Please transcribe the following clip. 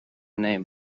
name